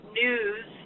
news